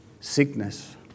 sickness